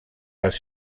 les